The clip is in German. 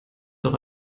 doch